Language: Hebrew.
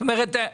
זאת אומרת,